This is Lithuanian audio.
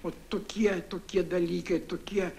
o tokie tokie dalykai tokie